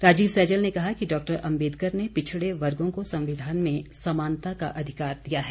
राजीव सैजल ने कहा कि डॉक्टर अम्बेदकर ने पिछड़े वर्गों को संविधान में समानता का अधिकार दिया है